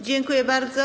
Dziękuję bardzo.